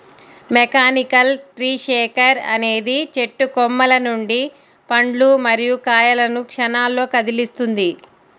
mechanical tree shaker అనేది చెట్టు కొమ్మల నుండి పండ్లు మరియు కాయలను క్షణాల్లో కదిలిస్తుంది